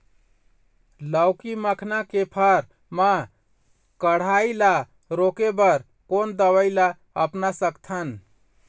लाउकी मखना के फर मा कढ़ाई ला रोके बर कोन दवई ला अपना सकथन?